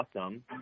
awesome